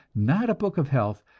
not a book of health,